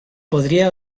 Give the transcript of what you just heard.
podria